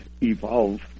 evolve